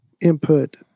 input